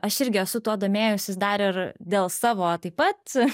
aš irgi esu tuo domėjusis dar ir dėl savo taip pat